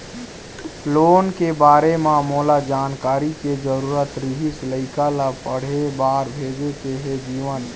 loan के बारे म मोला जानकारी के जरूरत रीहिस, लइका ला पढ़े बार भेजे के हे जीवन